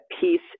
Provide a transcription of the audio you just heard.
peace